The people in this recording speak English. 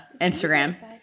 Instagram